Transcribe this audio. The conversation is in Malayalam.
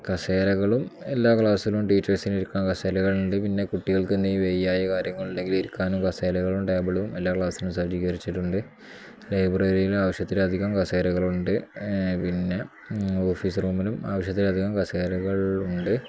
കസേരകളും എല്ലാ ക്ലാസിലും ടീച്ചേഴ്സിന് ഇരിക്കാൻ കസേരകളുണ്ട് പിന്നെ കുട്ടികൾക്ക് എന്തേലും വയ്യായ്ക് കാര്യങ്ങളുണ്ടെങ്കിൽ ഇരിക്കാനും കസേരകളും ടേബിളും എല്ലാ ക്ലാസിലും സജ്ജീകരിച്ചിട്ടുണ്ട് ലൈബ്രറിയിലും ആവശ്യത്തിലധികം കസേരകളുണ്ട് പിന്നെ ഓഫീസ് റൂമിലും ആവശ്യത്തിൽ അധികം കസേരകൾ ഉണ്ട്